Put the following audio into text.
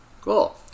Cool